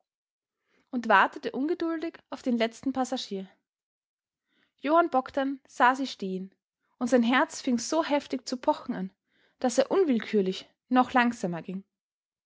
und wartete ungeduldig auf den letzten passagier johann bogdn sah sie stehen und sein herz fing so heftig zu pochen an daß er unwillkürlich noch langsamer ging